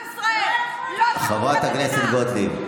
חברת הכנסת גוטליב.